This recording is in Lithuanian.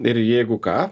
ir jeigu ką